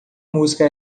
música